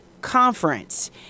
Conference